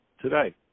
today